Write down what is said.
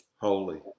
Holy